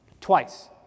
Twice